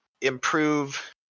improve